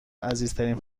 عزیزترین